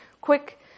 quick